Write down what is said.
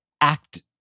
act